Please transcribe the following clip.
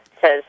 says